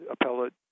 appellate